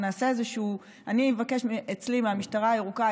אני אבקש אצלי מהמשטרה הירוקה,